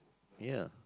ya